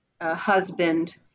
husband